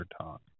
Talk